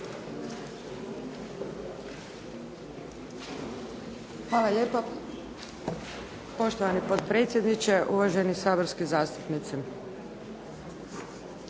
Hvala lijepa, poštovani potpredsjedniče. Uvaženi saborski zastupnici.